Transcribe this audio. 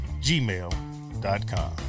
gmail.com